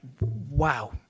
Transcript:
wow